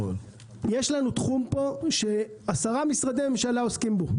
יש לנו פה תחום שעשרה משרדי ממשלה עוסקים בו.